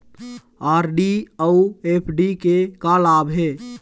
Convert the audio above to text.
RD अऊ FD के का लाभ हे?